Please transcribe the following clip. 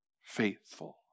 faithful